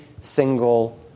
single